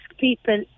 people